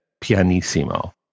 pianissimo